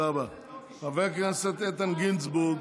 אבל החוק הזה לא לחיילים,